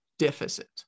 deficit